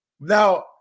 Now